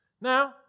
Now